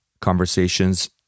conversations